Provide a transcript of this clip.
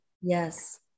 Yes